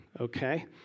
okay